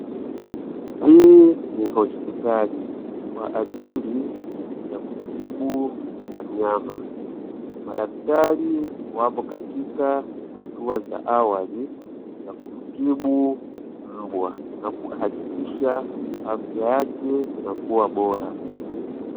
Hii ni hospitali kwa ajili ya kutibu wanyama, madaktari wapo katika hatua za awali za kumtibu mbwa na kuhakikisha afya yake inakuwa bora.